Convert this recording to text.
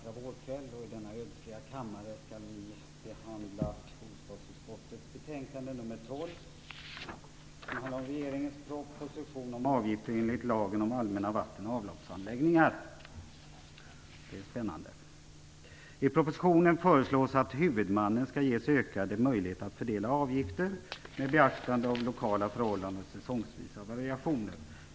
Fru talman! Denna vackra vårkväll i denna ödsliga kammare skall vi behandla bostadsutskottets betänkande nr 12. Det handlar om regeringens proposition om avgifter enligt lagen om allmänna vatten och avloppsanläggningar. Det är spännande. I propositionen föreslås att huvudmannen skall ges ökade möjligheter att fördela avgifter med beaktande av lokala förhållanden och säsongsvisa variationer.